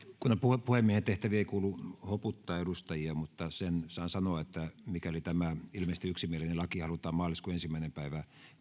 eduskunnan puhemiehen tehtäviin ei kuulu hoputtaa edustajia mutta sen saan sanoa että mikäli tämä ilmeisesti yksimielinen laki halutaan maaliskuun ensimmäinen päivä